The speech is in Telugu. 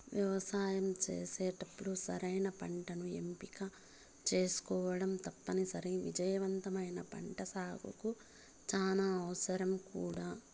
వ్యవసాయం చేసేటప్పుడు సరైన పంటను ఎంపిక చేసుకోవటం తప్పనిసరి, విజయవంతమైన పంటసాగుకు చానా అవసరం కూడా